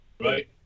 Right